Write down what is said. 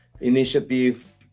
initiative